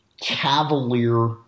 cavalier